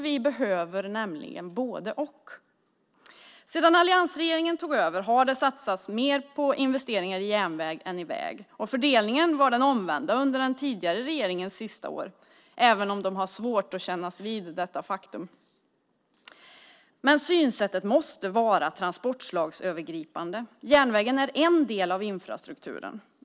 Vi behöver nämligen både-och. Sedan alliansregeringen tog över har det satsats mer på investeringar i järnväg än i väg. Fördelningen var den omvända under den tidigare regeringens sista år, även om de har svårt att kännas vid detta faktum. Synsättet måste vara transportslagsövergripande. Järnvägen är en del av infrastrukturen.